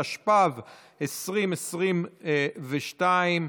התשפ"ב 2022,